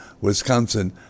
Wisconsin